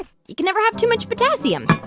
you can never have too much potassium